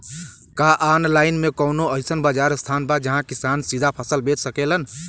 का आनलाइन मे कौनो अइसन बाजार स्थान बा जहाँ किसान सीधा फसल बेच सकेलन?